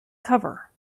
cover